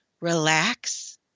relax